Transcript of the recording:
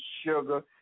sugar